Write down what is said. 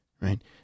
right